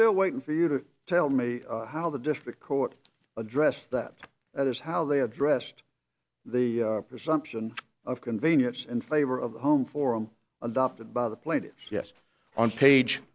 still waiting for you to tell me how the district court addressed that that is how they addressed the presumption of convenience in favor of the home forum adopted by the plaintiffs yes on page